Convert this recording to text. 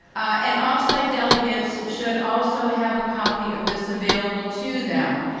and off site delegates should also have a copy of this available to them.